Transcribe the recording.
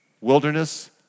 wilderness